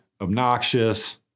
obnoxious